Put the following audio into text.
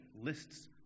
lists